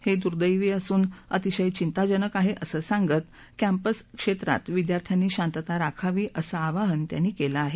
हे दुर्दैवी असून अतिशय चिंताजनक आहे असं सांगत कैंपस क्षेत्रात विद्यार्थ्यांनी शांतता राखावी असं आवाहनही त्यांनी केलं आहे